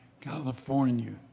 California